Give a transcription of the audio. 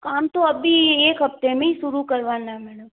काम तो अभी एक हफ्ते में ही शुरू करवाना है